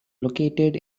located